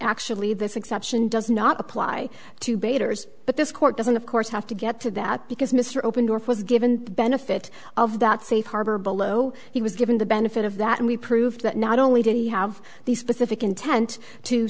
actually this exception does not apply to baiters but this court doesn't of course have to get to that because mr open door was given the benefit of that safe harbor below he was given the benefit of that and we proved that not only did he have the specific intent to